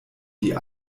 die